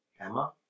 Emma